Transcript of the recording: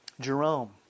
Jerome